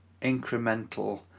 incremental